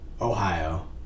Ohio